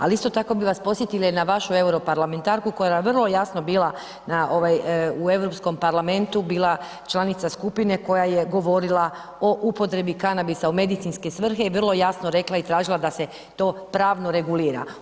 Ali isto tako bi vas posjetila i na vašu europarlamentarku koja je na vrlo jasno bila u Europskom parlamentu, bila članica skupine koja je govorila o upotrebi kanabisa u medicinske svrhe i vrlo jasno rekla i tražila da se to pravno regulira.